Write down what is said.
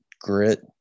grit